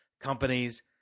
companies